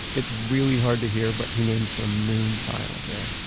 it's really hard to hear but he names her moonchild there.